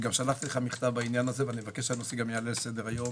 שלחתי לך מכתב בנושא ואני מבקש שהנושא יעלה לסדר-היום